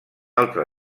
altra